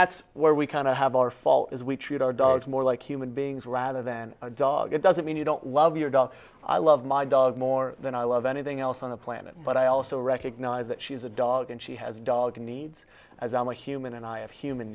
that's where we kind of have our fall is we treat our dogs more like human beings rather than dog it doesn't mean you don't love your dog i love my dog more than i love anything else on the planet but i also recognize that she's a dog and she has dog needs as i am a human and i have human